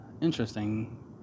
interesting